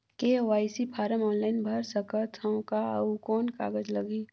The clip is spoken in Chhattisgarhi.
के.वाई.सी फारम ऑनलाइन भर सकत हवं का? अउ कौन कागज लगही?